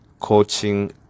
Coaching